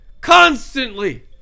Constantly